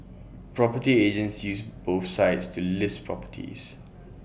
property agents use both sites to list properties